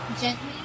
gently